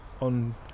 on